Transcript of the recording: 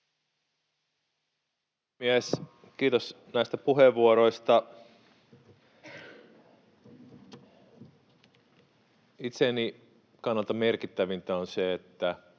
Kiitos näistä puheenvuoroista. Itseni kannalta merkittävintä on se, että